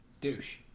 Douche